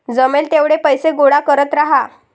जमेल तेवढे पैसे गोळा करत राहा